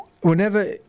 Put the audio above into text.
whenever